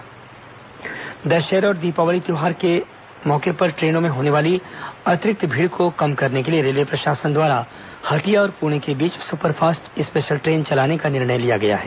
rail stoppage Dussehra और दीपावली त्यौहार पर ट्रेनों में होने वाली अतिरिक्त भीड़ को कम करने रेलवे प्रशासन द्वारा हटिया और पुणे के बीच सुपरफास्ट स्पेशल ट्रेन चलाने का निर्णय लिया है